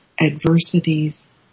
adversities